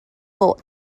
bought